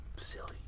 silly